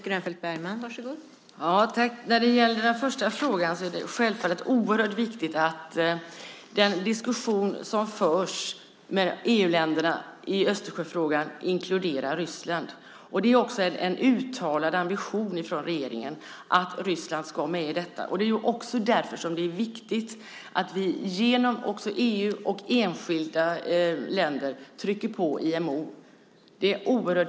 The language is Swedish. Fru talman! När det gäller den första frågan är det naturligtvis oerhört viktigt att den diskussion som förs med EU-länderna i Östersjöfrågan inkluderar Ryssland. Det är också en uttalad ambition från regeringen att Ryssland ska med i detta. Det är därför som det är viktigt att vi genom EU och enskilda länder trycker på IMO.